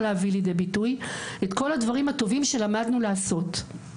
להביא לידי ביטוי את כל הדברים הטובים שלמדנו לעשות.